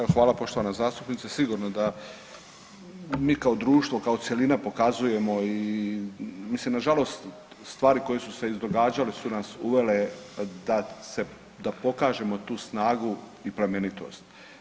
Evo hvala poštovana zastupnice, sigurno da mi kao društvo, kao cjelina pokazujemo i mislim nažalost stvari koje su se izdogađale su nas uvele da se, da pokažemo tu snagu i plemenitost.